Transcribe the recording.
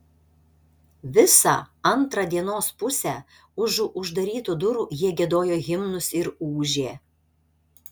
visą antrą dienos pusę užu uždarytų durų jie giedojo himnus ir ūžė